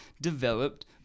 developed